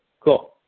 cool